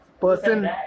person